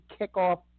kickoff